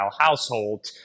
household